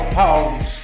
pounds